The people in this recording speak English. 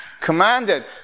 Commanded